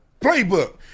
playbook